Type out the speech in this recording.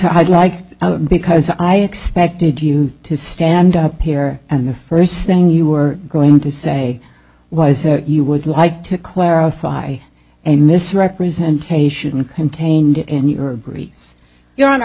i'd like to because i expected you to stand up here and the first thing you were going to say was that you would like to clarify and misrepresentation contained in your agrees your hon